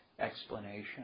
explanation